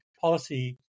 policy